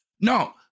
no